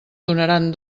donaran